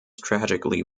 tragically